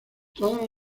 todos